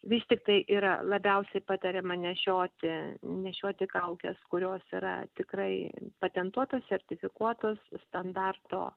vis tiktai yra labiausiai patariama nešioti nešioti kaukes kurios yra tikrai patentuotos sertifikuotos standarto